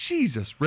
Jesus